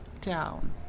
down